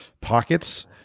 pockets